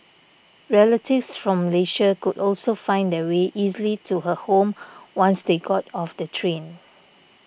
relatives from Malaysia could also find their way easily to her home once they got off the train